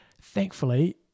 thankfully